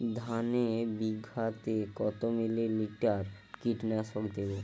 ধানে বিঘাতে কত মিলি লিটার কীটনাশক দেবো?